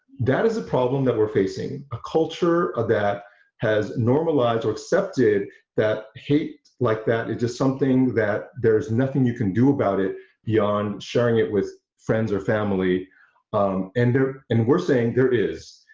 that is a problem that we're facing. a culture of that has normalized or accepted that hate like that it is something that there's nothing you can do about it beyond sharing it with friends or family um and and we're saying there is.